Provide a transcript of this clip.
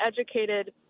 educated